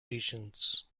regions